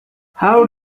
how